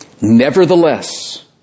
Nevertheless